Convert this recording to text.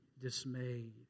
dismayed